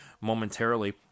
momentarily